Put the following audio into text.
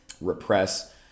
repress